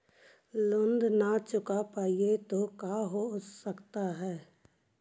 Loan न चुका पाई तो का हो सकता है?